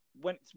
went